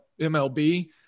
MLB